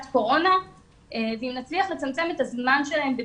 קורונה ואם נצליח לצמצם את הזמן שלהם בבידוד.